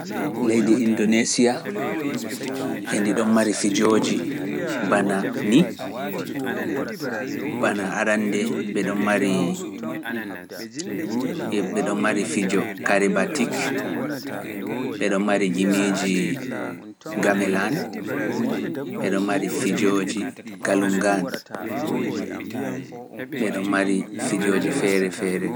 Leydi Indonesia, hendi ɗon mari fijoji bana ni, bana arande, ɓeɗo mari fijo karibatik, ɓeɗo mari jimiiji gamelan, ɓeɗo mari fijoji galungan, ɓeɗo mari fijoji feere feere.